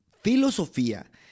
filosofía